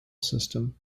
system